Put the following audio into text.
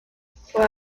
fue